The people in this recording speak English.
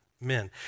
men